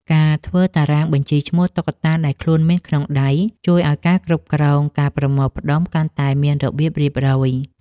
ការធ្វើតារាងបញ្ជីឈ្មោះតុក្កតាដែលខ្លួនមានក្នុងដៃ ជួយឱ្យការគ្រប់គ្រងការប្រមូលផ្ដុំកាន់តែមានរបៀបរៀបរយ។